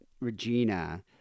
Regina